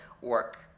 work